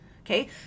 Okay